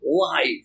life